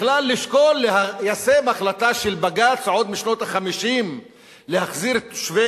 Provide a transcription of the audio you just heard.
בכלל לשקול ליישם החלטה של בג"ץ עוד משנות ה-50 להחזיר את תושבי